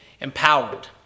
empowered